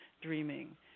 dreaming